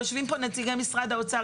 יושבים כאן נציגי משרד האוצר,